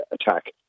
attack